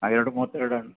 ಆಂ ಎರಡು ಮೂವತ್ತೆರಡು